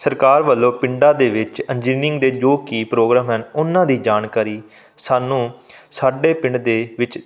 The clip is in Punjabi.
ਸਰਕਾਰ ਵਲੋਂ ਪਿੰਡਾਂ ਦੇ ਵਿੱਚ ਇੰਜੀਨਰਿੰਗ ਦੇ ਜੋ ਕਿ ਪ੍ਰੋਗਰਾਮ ਹਨ ਉਨ੍ਹਾਂ ਦੀ ਜਾਣਕਾਰੀ ਸਾਨੂੰ ਸਾਡੇ ਪਿੰਡ ਦੇ ਵਿੱਚ